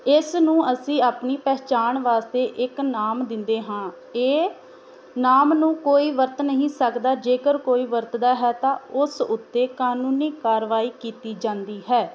ਇਸ ਨੂੰ ਅਸੀਂ ਆਪਣੀ ਪਹਿਚਾਣ ਵਾਸਤੇ ਇੱਕ ਨਾਮ ਦਿੰਦੇ ਹਾਂ ਇਹ ਨਾਮ ਨੂੰ ਕੋਈ ਵਰਤ ਨਹੀਂ ਸਕਦਾ ਜੇਕਰ ਕੋਈ ਵਰਤਦਾ ਹੈ ਤਾਂ ਉਸ ਉੱਤੇ ਕਾਨੂੰਨੀ ਕਾਰਵਾਈ ਕੀਤੀ ਜਾਂਦੀ ਹੈ